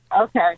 Okay